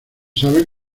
sabe